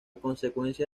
consecuencia